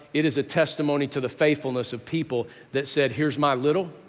it is a testimony to the faithfulness of people that said, here's my little